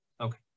okay